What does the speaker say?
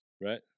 right